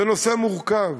זה נושא מורכב,